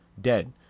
dead